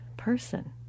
Person